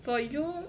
for you